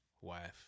wife